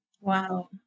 Wow